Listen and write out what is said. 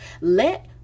Let